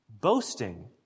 boasting